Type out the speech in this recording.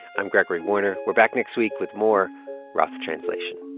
i'm gregory warner. we're back next week with more rough translation